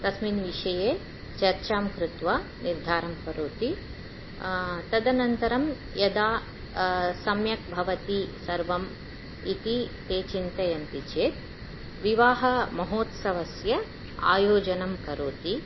तस्मिन् विषये चर्चां कृत्वा निर्धारं करोति तदनन्तरं यदा सम्यक् भवति सर्वम् इति ते चिन्तयन्ति चेत् विवाहमहोत्सवस्य आयोजनं कुर्वन्ति